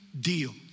deal